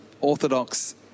orthodox